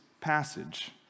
passage